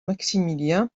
maximilien